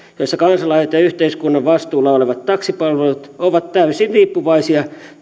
jossa kansalaiset ja yhteiskunnan vastuulla olevat taksipalvelut ovat täysin riippuvaisia